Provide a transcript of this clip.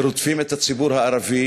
שרודפים את הציבור הערבי